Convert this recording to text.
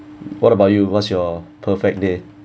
what about you what's your perfect day